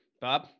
Bob